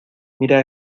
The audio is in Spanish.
mira